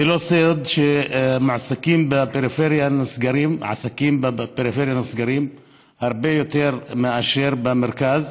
זה לא סוד שעסקים בפריפריה נסגרים הרבה יותר מאשר במרכז,